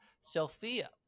Sophia